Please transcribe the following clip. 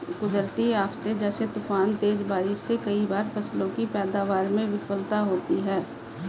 कुदरती आफ़ते जैसे तूफान, तेज बारिश से कई बार फसलों की पैदावार में विफलता होती है